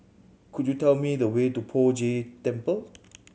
could you tell me the way to Poh Jay Temple